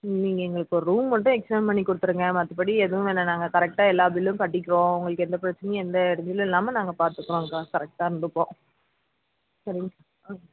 நீங்கள் எங்களுக்கு ஒரு ரூம் மட்டும் எக்ஸ்டர்ன் பண்ணி கொடுத்துடுங்க மற்றபடி எதுவும் வேணாம் நாங்கள் கரெக்டாக எல்லா பில்லும் கட்டிக்குறோம் உங்களுக்கு எந்த பிரச்சனையும் இல்லை எதுவும் இல்லாமல் நாங்கள் பார்த்துக்குறோங்கக்கா கரெக்டாக இருந்துப்போம் சரிங்க ஆ